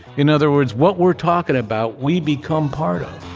in other words, what we're talking about we become part of.